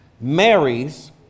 marries